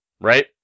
right